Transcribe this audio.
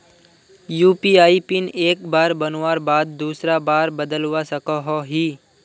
UPI pin एक बार बनवार बाद दूसरा बार बदलवा सकोहो ही?